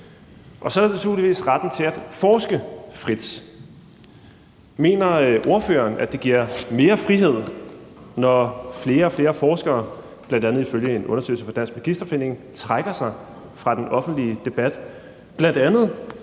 Og så er det naturligvis retten til at forske frit. Mener ordføreren, at det giver mere frihed, når flere og flere forskere, bl.a. ifølge en undersøgelse fra Dansk Magisterforening, trækker sig fra den offentlige debat, bl.a.